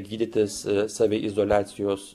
gydytis saviizoliacijos